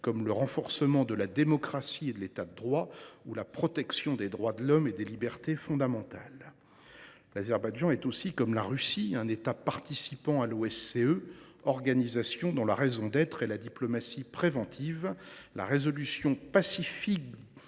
: renforcement de la démocratie et de l’État de droit, protection des droits de l’homme et des libertés fondamentales… Comme la Russie, ce pays est un État participant à l’OSCE, organisation dont la raison d’être est la diplomatie préventive, la résolution pacifique